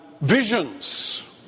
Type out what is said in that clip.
Visions